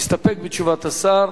מסתפק בתשובת השר.